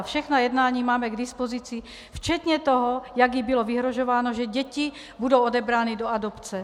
Všechna jednání máme k dispozici, včetně toho, jak jí bylo vyhrožováno, že děti budou odebrány do adopce.